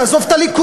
תעזוב את הליכוד.